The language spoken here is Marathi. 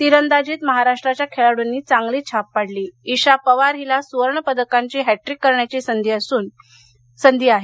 तिरंदाजीत महाराष्ट्राच्या खेळाडुंनी चांगली छाप पाडली असुन ईशा पवार हिली सुवर्णपदकांची हॅटट्रीक साधण्याची संधी आहे